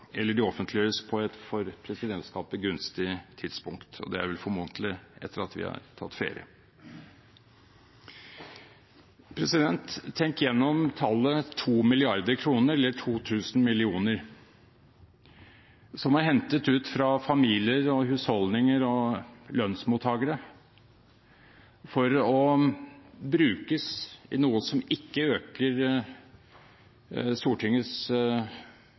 eller de offentliggjøres på et for presidentskapet gunstig tidspunkt. Det er vel formodentlig etter at vi har tatt ferie. Tenk på tallet 2 mrd. kr, eller 2 000 mill. kr, som er hentet ut fra familier, husholdninger og lønnsmottakere for å brukes til noe som ikke øker Stortingets